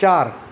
चार